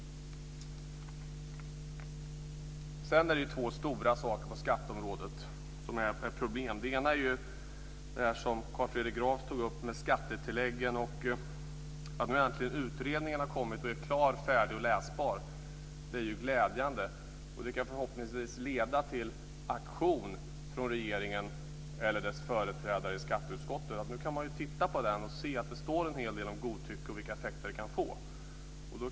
Det finns två stora problem på skatteområdet. Carl Fredrik Graf tog upp skattetilläggen. Nu har äntligen utredningen kommit. Den är färdig och läsbar, och det är glädjande. Det kan förhoppningsvis leda till handling från regeringen eller dess företrädare i skatteutskottet. Nu kan man se i utredningen att det står en hel del om godtycke och vilka effekter det kan få.